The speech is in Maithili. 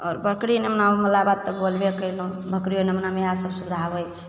आओर बकरी नेमनावला बात तऽ बोलबे कएलहुँ बकरी नेमनामे इएहसब सुविधा होइ छै